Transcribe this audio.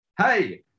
hey